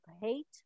hate